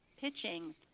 pitching